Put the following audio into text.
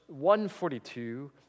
142